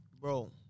bro